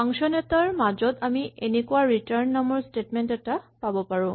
function এটাৰ মাজত আমি এনেকুৱা ৰিটাৰ্ন নামৰ স্টেটমেন্ট এটা পাব পাৰো